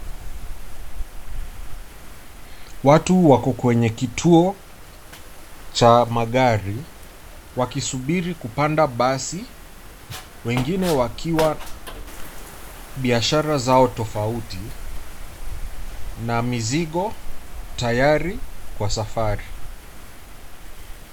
Watu wako kwenye kituo cha magari wakisubiri kupanda basi wengine wakiwa biashara zao tofauti na mizigo tayari kwa safari.